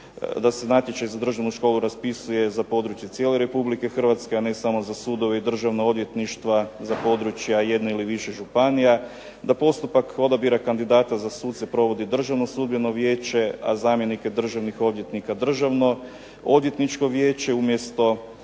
da se natječaj za državnu školu raspisuje za područje cijele Republike Hrvatske a ne samo za sudove i državna odvjetništva za područja jedne ili više županija, da postupak odabira kandidata za suce provodi Državno sudbeno vijeće, a zamjenike državnih odvjetnika Državnoodvjetničko vijeće, umjesto